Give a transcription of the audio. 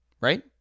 right